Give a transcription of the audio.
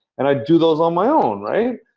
and i do those on my own, right?